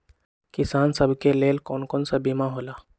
किसान सब के लेल कौन कौन सा बीमा होला?